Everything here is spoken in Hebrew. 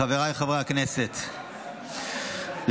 חבריי חברי הכנסת -- סליחה,